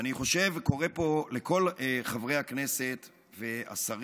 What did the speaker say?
ואני חושב וקורא פה לכל חברי הכנסת והשרים,